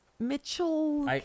Mitchell